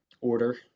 order